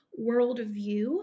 worldview